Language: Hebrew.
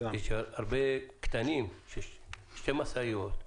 יש הרבה קטנים שתי משאיות,